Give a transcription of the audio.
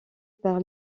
par